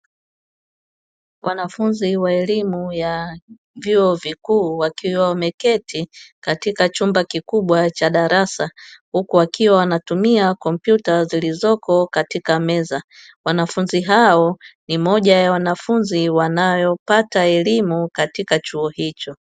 Wanafunzi wa elimu ya vyuo vikuu wakiwa wameketi katika chumba kikubwa cha darasa, huku wakiwa wanatumia kompyuta zilizopo katika meza. Wanafunzi hao ni moja ya wanafunzi wanaopata elimu katika chuo hicho.